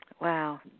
Wow